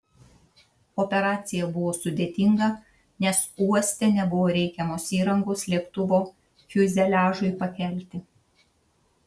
operacija buvo sudėtinga nes uoste nebuvo reikiamos įrangos lėktuvo fiuzeliažui pakelti